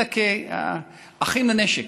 אלא כאחים לנשק,